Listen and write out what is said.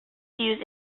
used